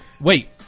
wait